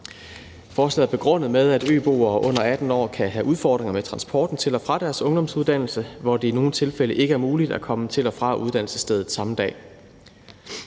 Forslaget er begrundet med, at øboere under 18 år kan have udfordringer med transporten til og fra deres ungdomsuddannelse, hvor det i nogle tilfælde ikke er muligt at komme til og fra uddannelsesstedet samme dag.